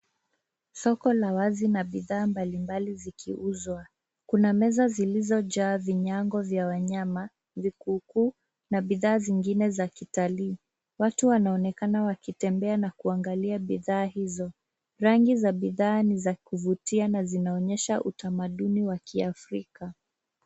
Soko la wazi na bidhaa mbalimbali zikiuzwa. Kuna meza zilizojaa vinyago vya wanyama, vikuku na bidhaa zingine za kitalii. Watu wanaonekana wakitembea na kuangalia bidhaa hizo. Rangi za bidhaa ni za kuvutia na zinaonyesha utamaduni wa kiafrika.